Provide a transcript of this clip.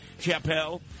Chappelle